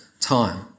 time